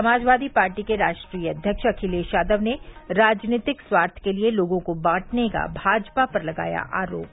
Samajwadi party के राष्ट्रीय अव्यक्ष अखिलेश यादव ने राजनीतिक स्वार्थ के लिये लोगों को बांटने का भाजपा पर लगाया आरोप